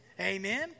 Amen